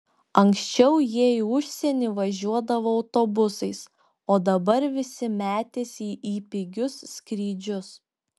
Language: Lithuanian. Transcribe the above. anksčiau jie į užsienį važiuodavo autobusais o dabar visi metėsi į pigius skrydžius